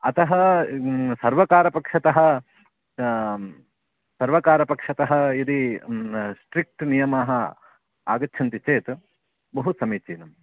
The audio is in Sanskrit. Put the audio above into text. अतः सर्वकारपक्षतः सर्वकारपक्षतः यदि स्ट्रिक्ट् नियमाः आगच्छन्ति चेत् बहु समीचीनं